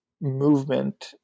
movement